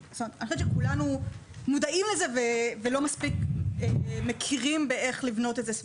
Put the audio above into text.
כולנו מודעים לזה ולא מספיק מכירים איך לבנות את זה.